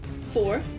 four